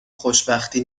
خوشبختی